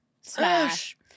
smash